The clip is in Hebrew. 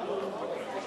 מה הולך פה?